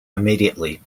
immediately